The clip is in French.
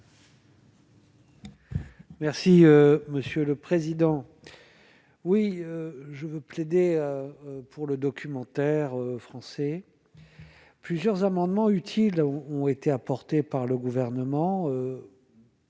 Merci monsieur le président, oui je veux plaider pour le documentaire français plusieurs amendements utile ont été apportées par le gouvernement.